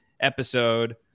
episode